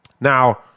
Now